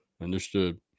Understood